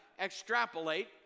extrapolate